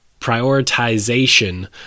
prioritization